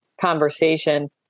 conversation